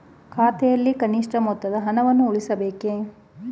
ಖಾತೆಯಲ್ಲಿ ಕನಿಷ್ಠ ಮೊತ್ತದ ಹಣವನ್ನು ಉಳಿಸಬೇಕೇ?